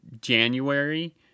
January